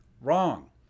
wrong